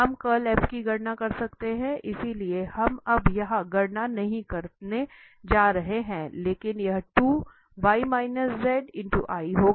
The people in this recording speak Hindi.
हम कर्ल की गणना कर सकते हैं इसलिए हम अब यहाँ गणना नहीं करने जा रहे हैं लेकिन यह होगा